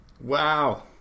wow